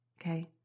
okay